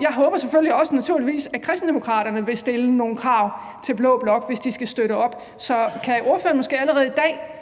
Jeg håber selvfølgelig også, at Kristendemokraterne vil stille nogle krav til blå blok, hvis de skal støtte op. Så kan ordføreren måske allerede i dag